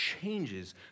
Changes